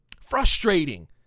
Frustrating